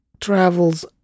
travels